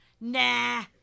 Nah